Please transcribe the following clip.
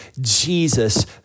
Jesus